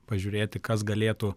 pažiūrėti kas galėtų